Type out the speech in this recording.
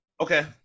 Okay